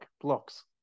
blocks